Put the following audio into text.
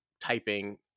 typing